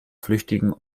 flüchtigen